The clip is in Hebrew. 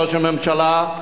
ראש הממשלה,